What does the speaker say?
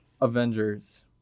avengers